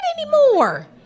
anymore